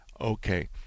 Okay